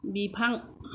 बिफां